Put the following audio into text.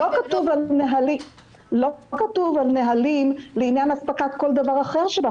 לא כתוב על נהלים לעניין אספקת כל דבר אחר שבאחריות משרד הבריאות.